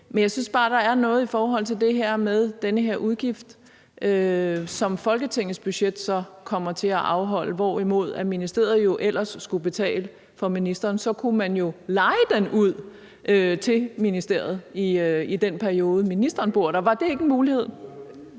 det. Jeg synes bare, der er noget i forhold til det med den her udgift, som Folketingets budget så kommer til at afholde, hvorimod ministeriet ellers skulle betale for ministeren. Så kunne man jo leje den ud til ministeriet i den periode, ministeren bor der. Var det ikke en mulighed?